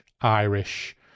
Irish